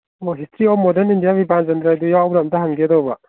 ꯑꯣ history of modern Indian Bipin ꯆꯟꯗ꯭ꯔꯗꯣ ꯌꯥꯎꯕ꯭ꯔꯥ ꯑꯝꯇ ꯍꯪꯒꯦ ꯇꯧꯕ